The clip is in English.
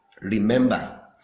remember